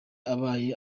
abaye